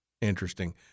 Interesting